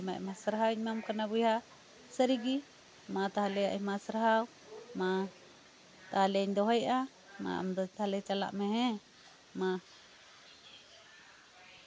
ᱟᱨ ᱢᱚᱸᱡᱽ ᱜᱤᱧ ᱥᱮᱴᱮᱨᱮᱱᱟ ᱚᱱᱟᱛᱮ ᱟᱭᱢᱟ ᱟᱭᱢᱟ ᱥᱟᱨᱦᱟᱣ ᱤᱧ ᱮᱢᱟᱢ ᱠᱟᱱᱟ ᱵᱚᱭᱦᱟ ᱥᱟᱹᱨᱤᱜᱮ ᱢᱟ ᱛᱟᱦᱞᱮ ᱟᱭᱢᱟ ᱥᱟᱨᱦᱟᱣ ᱢᱟ ᱛᱟᱦᱞᱮᱧ ᱫᱚᱦᱚᱭᱮᱜᱼᱟ ᱢᱟ ᱟᱢᱫᱚ ᱛᱟᱦᱞᱮ ᱪᱟᱞᱟᱜ ᱢᱮ ᱦᱮᱸ ᱢᱟ